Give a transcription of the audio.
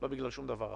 לא בגלל שום דבר אחר.